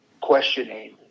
questioning